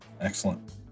Excellent